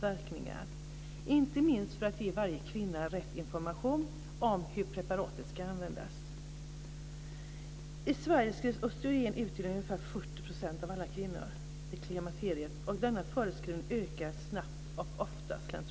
verkningar, inte minst för att man ska kunna ge varje kvinna rätt information om hur preparatet ska användas. I Sverige skrivs östrogen ut till ungefär 40 % av alla kvinnor i klimakteriet. Och denna förskrivning ökar snabbt och ofta slentrianmässigt.